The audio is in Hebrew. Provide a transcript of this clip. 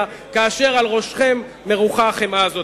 כאשר על ראשכם מרוחה החמאה הזאת.